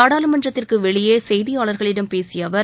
நாடாளுமன்றத்திற்கு வெளியே இன்று செய்தியாளர்களிடம் பேசிய அவர்